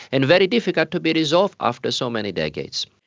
and very difficult to be resolved after so many decades.